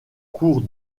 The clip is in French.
cours